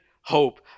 hope